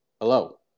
Hello